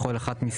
אושר.